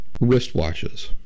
wristwatches